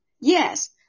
Yes